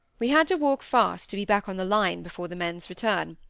we had to walk fast to be back on the line before the men's return,